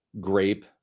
Grape